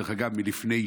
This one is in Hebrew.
דרך אגב, היא מלפני שנה.